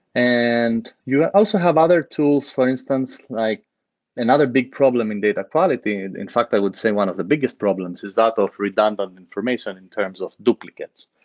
and you also have other tools, for instance, like another big problem in data quality, and in fact i would say one of the biggest problems is that but of redundant information in terms of duplicates.